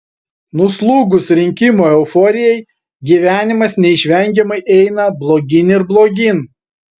nuslūgus rinkimų euforijai gyvenimas neišvengiamai eina blogyn ir blogyn